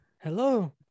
Hello